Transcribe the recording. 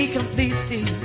completely